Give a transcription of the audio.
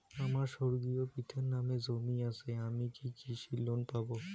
আমার স্বর্গীয় পিতার নামে জমি আছে আমি কি কৃষি লোন পাব?